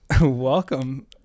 Welcome